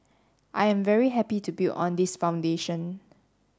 I am very happy to build on this foundation